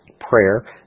prayer